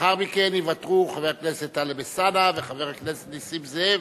ולאחר מכן ייוותרו חבר הכנסת טלב אלסאנע וחבר הכנסת נסים זאב,